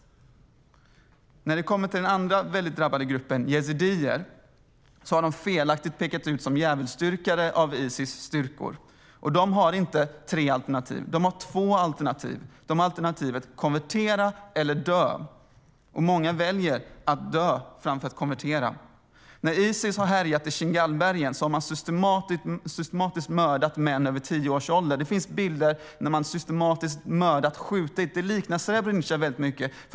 När det kommer till den andra väldigt drabbade gruppen, jezidier, har de felaktigt pekats ut som djävulsdyrkare av Isis styrkor. De har inte tre alternativ utan två alternativ: konvertera eller dö. Många väljer att dö framför att konvertera. När Isis har härjat i Shingalbergen har man systematiskt mördat män över tio års ålder. Det finns bilder som visar att man systematiskt har skjutit och mördat. Det liknar Srebrenica väldigt mycket.